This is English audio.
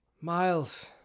Miles